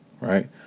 right